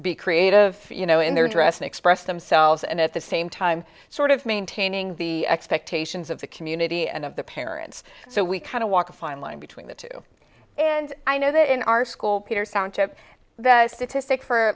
be creative you know in their dress and express themselves and at the same time sort of maintaining the expectations of the community and of the parents so we kind of walk a fine line between the two and i know that in our school peter sound chip the statistic for